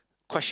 question